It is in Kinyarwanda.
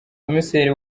komiseri